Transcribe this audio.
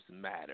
Matter